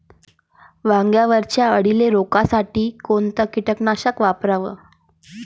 वांग्यावरच्या अळीले रोकासाठी कोनतं कीटकनाशक वापराव?